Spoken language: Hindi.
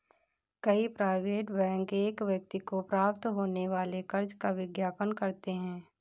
कई प्राइवेट बैंक एक व्यक्ति को प्राप्त होने वाले कर्ज का विज्ञापन करते हैं